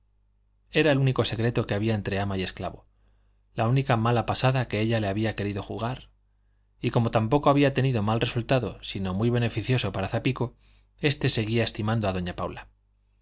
era el único secreto que había entre ama y esclavo la única mala pasada que ella le había querido jugar y como tampoco había tenido mal resultado sino muy beneficioso para zapico este seguía estimando a doña paula